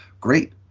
great